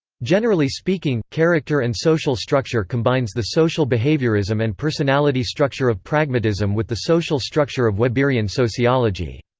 generally speaking, character and social structure combines the social behaviorism and personality structure of pragmatism with the social structure of weberian sociology.